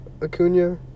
Acuna